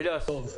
בוקר טוב,